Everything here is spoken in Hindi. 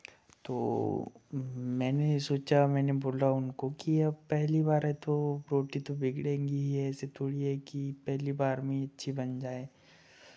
तो मैंने सोचा मैंने बोला उनको कि अब पहली बार है तो रोटी तो बिगड़ेगी ही ऐसे थोड़ी है कि पहली बार में ही अच्छी बन जाए